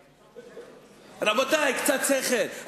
רבותי, קצת שכל.